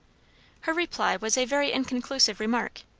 her reply was a very inconclusive remark,